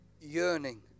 yearning